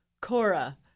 Cora